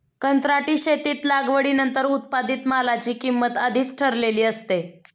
कंत्राटी शेतीत लागवडीनंतर उत्पादित मालाची किंमत आधीच ठरलेली असते